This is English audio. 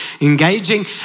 engaging